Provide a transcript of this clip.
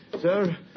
sir